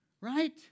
right